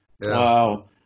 Wow